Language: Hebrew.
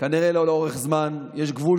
כנראה לא לאורך זמן, יש גבול